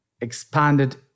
expanded